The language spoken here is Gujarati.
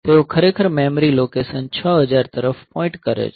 તેઓ ખરેખર મેમરી લોકેશન 6000 તરફ પોઈન્ટ કરે છે